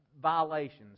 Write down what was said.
violations